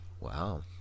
Wow